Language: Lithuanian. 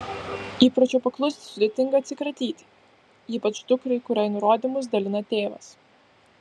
įpročio paklusti sudėtinga atsikratyti ypač dukrai kuriai nurodymus dalina tėvas